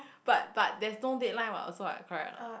but but there's no deadline what also what correct or not